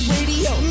Radio